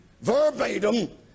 verbatim